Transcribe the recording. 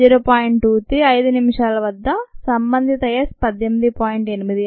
5 నిమిషాల వద్ద సంబంధిత s 18